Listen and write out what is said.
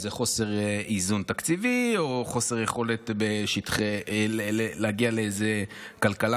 אם זה חוסר איזון תקציבי או חוסר יכולת להגיע לאיזו כלכלה